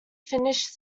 finished